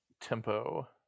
tempo